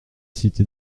cité